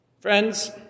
Friends